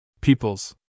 Peoples